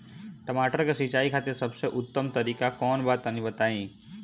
टमाटर के सिंचाई खातिर सबसे उत्तम तरीका कौंन बा तनि बताई?